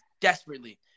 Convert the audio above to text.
desperately